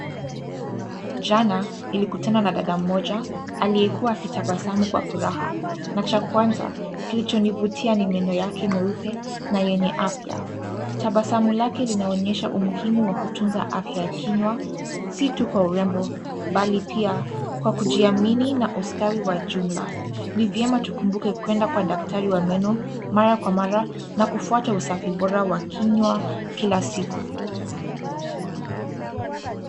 Jana, nilikutana na dada mmoja, aliyekuwa akitabasamu kwa furaha. Na cha kwanza kilichonivutia ni meno yake meupe na yenye afya. Tabasamu lake linaonyesha umuhimu wa kutunza afya ya kinywa, si tu kwa urembo, bali pia kwa kujiamini na ustawi wa jumla. Ni vyema tukumbuke kwenda kwa daktari wa meno, mara kwa mara na kufuata usafi bora wa kinywa, kila siku.